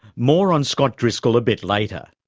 more on scott driscoll a bit later.